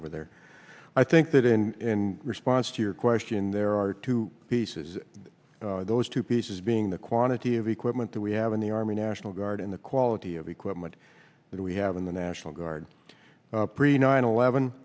over there i think that in response to your question there are two pieces those two pieces being the quantity of equipment that we have in the army national guard and the quality of equipment that we have in the national guard pre nine eleven